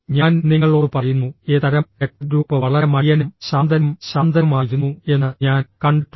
ഞാൻ നിങ്ങളോട് പറയുന്നു എ തരം രക്തഗ്രൂപ്പ് വളരെ മടിയനും ശാന്തനും ശാന്തനുമായിരുന്നു എന്ന് ഞാൻ കണ്ടിട്ടുണ്ട്